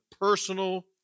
personal